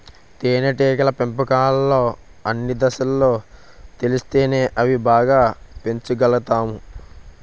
తేనేటీగల పెంపకంలో అన్ని దశలు తెలిస్తేనే అవి బాగా పెంచగలుతాము